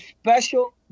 special